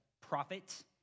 prophet